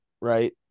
right